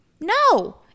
No